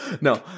No